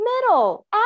middle